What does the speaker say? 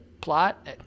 plot